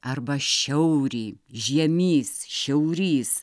arba šiaurį žiemys šiaurys